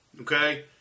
okay